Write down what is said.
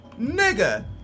Nigga